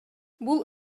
бул